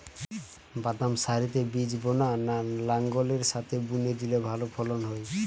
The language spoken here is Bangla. বাদাম সারিতে বীজ বোনা না লাঙ্গলের সাথে বুনে দিলে ভালো ফলন হয়?